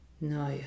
no